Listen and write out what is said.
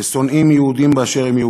ושונאים יהודים באשר הם.